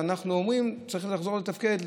ואנחנו אומרים: צריך לחזור לתפקד,